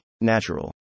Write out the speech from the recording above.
Natural